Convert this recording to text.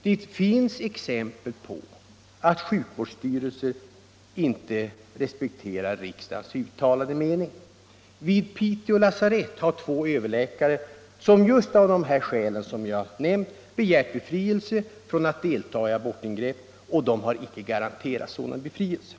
Det finns exempel på att sjukvårdsstyrelser icke respekterar riksdagens uttalade mening. Vid Piteå lasarett har två överläkare — som begärt befrielse från att deltaga i abortingrepp av de skäl som jag här har nämnt — icke garanterats sådan befrielse.